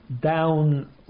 down